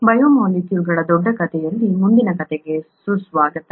ಬಯೋಮಾಲಿಕ್ಯೂಲ್ಗಳ ದೊಡ್ಡ ಕಥೆಯಲ್ಲಿ ಮುಂದಿನ ಕಥೆಗೆ ಸುಸ್ವಾಗತ